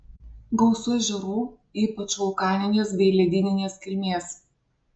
gausu ežerų ypač vulkaninės bei ledyninės kilmės